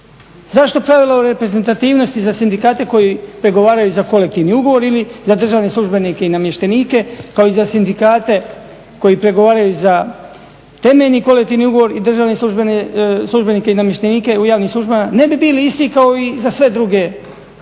Zašto pravila reprezentativnosti za sindikate koji pregovaraju za kolektivni ugovor ili za državne službenike i namještenike, kao i za sindikate koji pregovaraju za temeljni kolektivni ugovor i državne službene namještenike u javnim službama? Ne bi bili isti kao i za sve druge